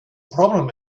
problem